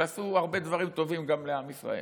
שעשו הרבה דברים טובים לעם ישראל.